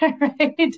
right